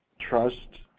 trust,